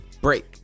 Break